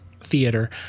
theater